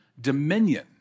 dominion